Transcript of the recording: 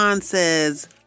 says